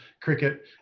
cricket